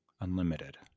unlimited